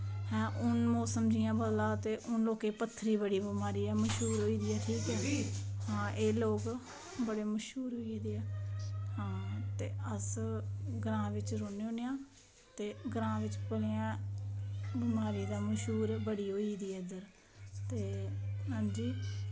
ते हून जियां मौसम बदला ते हून लोकें गी पत्थरी दी बमारी ऐ बड़ी मशहूर होई दी आं ठीक एह् लोग बड़े मश्हूर होई गेदे आं ते अस ग्रांऽ बिच जन्ने होन्ने ते ग्रांऽ बिच होन्ने आं बमारी तां बड़ी मश्हूर होई दी ऐ ते अंजी